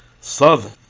Southern